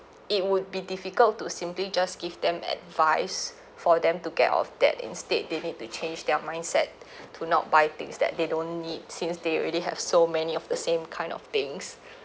it would be difficult to simply just give them advice for them to get off debt instead they need to change their mindset to not buy things that they don't need since they already have so many of the same kind of things